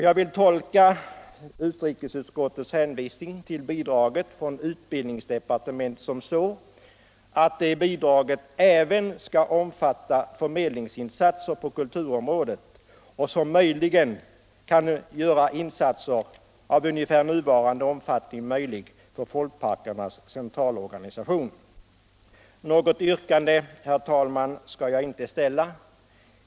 Jag vill tolka inrikesutskottets hänvisning till bidraget från utbildningsdepartementet så, att det bidraget även skall omfatta förmedlingsinsatser på kulturområdet, vilket kan göra insatser av ungefär nuvarande omfattning möjliga för Folkparkernas centralorganisation. Något yrkande skall jag inte ställa, herr talman.